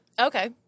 Okay